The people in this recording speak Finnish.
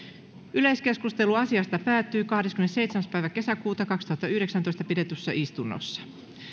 yleiskeskustelu asiasta päättyi kahdeskymmenesseitsemäs kuudetta kaksituhattayhdeksäntoista pidetyssä istunnossa